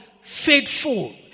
Faithful